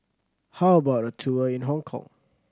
how about a tour in Hong Kong